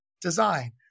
design